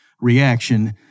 reaction